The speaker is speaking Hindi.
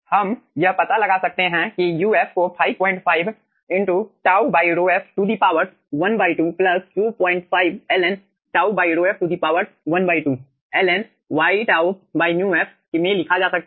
हम यह पता लगा सकते हैं कि uf को 55 τ ρf ½ 25 ln τ ρf ½ ln yτ μf में लिखा जा सकता है